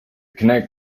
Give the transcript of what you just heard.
connect